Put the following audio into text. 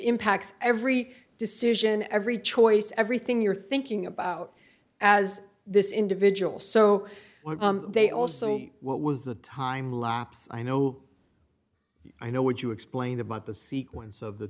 impacts every decision every choice everything you're thinking about as this individual so they also what was the time lapse i know i know what you explain about the sequence of the